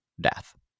death